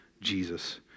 Jesus